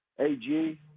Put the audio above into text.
AG